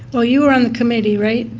well, you were on the committee, right?